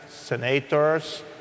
senators